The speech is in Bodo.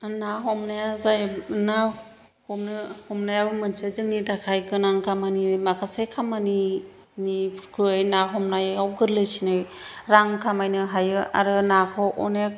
ना हमनायाबो मोनसे जोंनि थाखाय गोनां खामानि माखासे खामानिनिख्रुय ना हमनायाव गोरलैसिनै रां खामायनो हायो आरो नाखौ अनेक